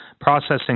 Processing